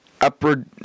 upward